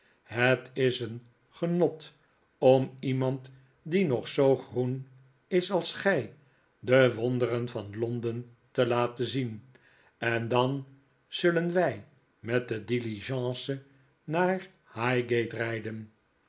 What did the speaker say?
het is een genot om iemand die nog zoo groen is als gij de wonderen van londen te laten zien en dan zullen wij met de diligence naar highgate rijden